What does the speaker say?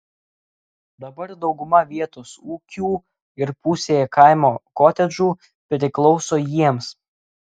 dabar dauguma vietos ūkių ir pusė kaimo kotedžų priklauso jiems